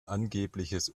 angebliches